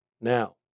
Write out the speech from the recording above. Now